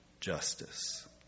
justice